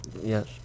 Yes